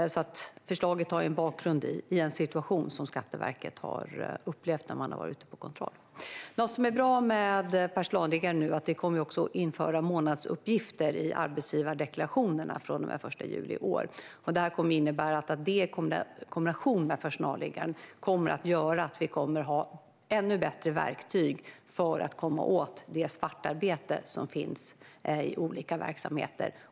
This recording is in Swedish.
Förslaget har alltså sin bakgrund i en situation som Skatteverket har upplevt när man har varit ute på kontroll. Något som är bra med personalliggaren är att det också kommer att införas månadsuppgifter i arbetsgivardeklarationerna från och med den 1 juli i år. Det i kombination med personalliggaren kommer att ge oss ännu bättre verktyg för att komma åt det svartarbete som finns i olika verksamheter.